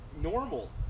normal